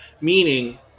Meaning